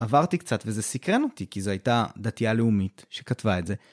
עברתי קצת וזה סקרן אותי כי זה הייתה דתיה לאומית שכתבה את זה.